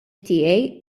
tiegħi